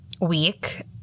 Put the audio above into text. week